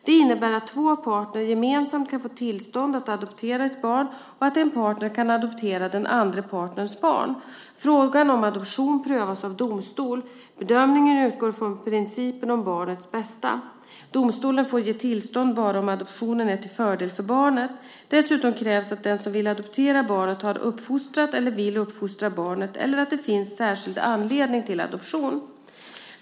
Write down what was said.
Det innebär att två partner gemensamt kan få tillstånd att adoptera ett barn och att en partner kan adoptera den andra partnerns barn. Frågan om adoption prövas av domstol. Bedömningen utgår från principen om barnets bästa. Domstolen får ge tillstånd bara om adoptionen är till fördel för barnet. Dessutom krävs att den som vill adoptera barnet har uppfostrat eller vill uppfostra barnet eller att det finns särskild anledning till adoption.